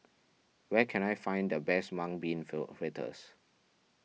where can I find the best Mung Bean feel fritters